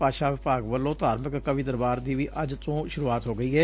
ਭਾਸ਼ਾ ਵਿਭਾਗ ਵੱਲੋਂ ਧਾਰਮਿਕ ਕਵੀ ਦਰਬਾਰ ਦੀ ਵੀ ਅੱਜ ਸੁਰੁਆਤ ਹੋ ਗਈ ਏ